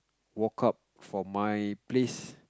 walk up from my place